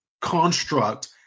construct